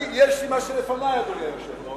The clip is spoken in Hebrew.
יש לי משהו לפני, אדוני היושב-ראש.